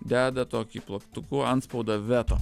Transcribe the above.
deda tokį plaktuku antspaudą veto